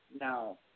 No